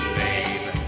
babe